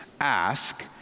Ask